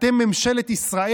אתם ממשלת ישראל.